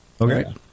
Okay